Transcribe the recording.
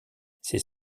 ces